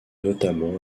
notamment